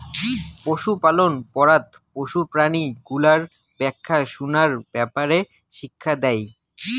পশুপালন পড়াত পশু প্রাণী গুলার দ্যাখা সুনার ব্যাপারে শিক্ষা দেই